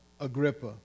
Agrippa